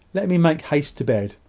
let me make haste to bed.